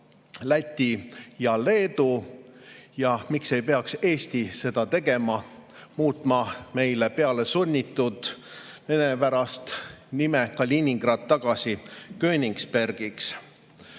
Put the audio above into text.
Läti ja Leedu. Ja miks ei peaks Eesti seda tegema, muutma meile pealesunnitud venepärase nime Kaliningradi tagasi Königsbergiks?